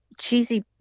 cheesy